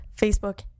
Facebook